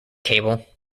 cable